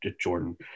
jordan